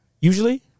Usually